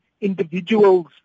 individuals